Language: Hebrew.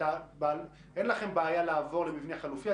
אין לכם בעיה לעבור למבנה חלופי,